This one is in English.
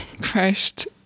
crashed